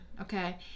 okay